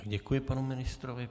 Děkuji panu ministrovi.